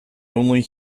only